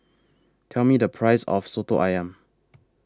Tell Me The Price of Soto Ayam